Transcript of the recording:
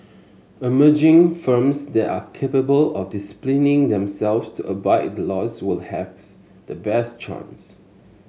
emerging firms that are capable of disciplining themselves to abide by the laws will have the best chance